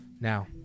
Now